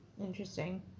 Interesting